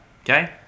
Okay